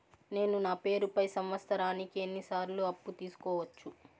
నేను నా పేరుపై సంవత్సరానికి ఎన్ని సార్లు అప్పు తీసుకోవచ్చు?